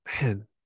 man